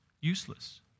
useless